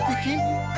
speaking